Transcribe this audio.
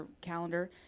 calendar